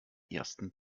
ersten